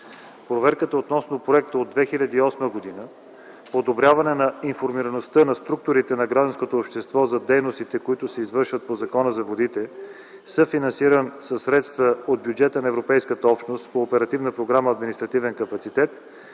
Проверката относно проекта от 2008 г. „Подобряване на информираността на структурите на гражданското общество за дейностите, които се извършват по Закона за водите”, съфинансиран със средства от бюджета на Европейската общност по Оперативна програма „Административен капацитет”,